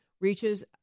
reaches